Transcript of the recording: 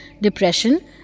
depression